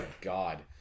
God